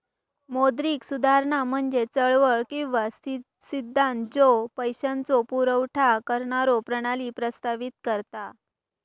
मौद्रिक सुधारणा म्हणजे चळवळ किंवा सिद्धांत ज्यो पैशाचो पुरवठा करणारो प्रणाली प्रस्तावित करता